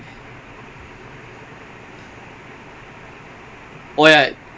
I thought it was அவங்க வந்து:avanga vanthu line முன்னால வர முடியாது:munnaala vara mudiyaathu that's the thing it's not about diving